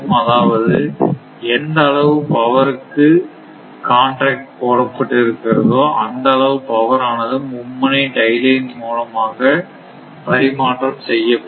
அதாவது எந்த அளவு பவருக்கு காண்ட்ராக்ட் போடப்பட்டு இருக்கிறதோ அந்த அளவு பவர் ஆனது மும்முனை டை லைன் மூலமாக பரிமாற்றம் செய்யப்படும்